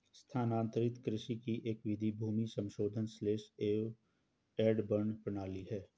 स्थानांतरित कृषि की एक विधि भूमि समाशोधन स्लैश एंड बर्न प्रणाली है